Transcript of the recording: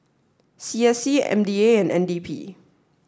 C S C M D A and N D P